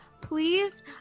Please